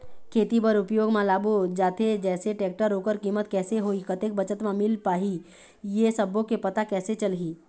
खेती बर उपयोग मा लाबो जाथे जैसे टेक्टर ओकर कीमत कैसे होही कतेक बचत मा मिल पाही ये सब्बो के पता कैसे चलही?